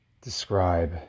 describe